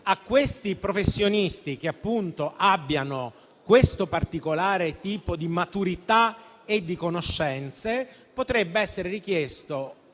A questi professionisti, che appunto abbiano tale particolare tipo di maturità e di conoscenze, potrebbe essere richiesto